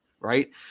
right